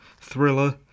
thriller